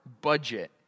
budget